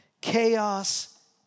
chaos